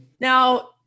Now